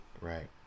Right